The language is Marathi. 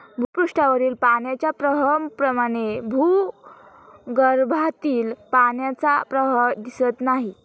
भूपृष्ठावरील पाण्याच्या प्रवाहाप्रमाणे भूगर्भातील पाण्याचा प्रवाह दिसत नाही